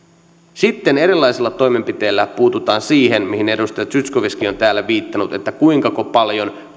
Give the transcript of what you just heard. sitten erilaisilla toimenpiteillä puututaan siihen mihin edustaja zyskowiczkin on täällä viitannut kuinka paljon